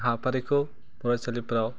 हाबाफारिफोरखौ फरायसालिफोराव